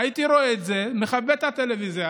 היינו מקימים יחידה להתפתחות הילד,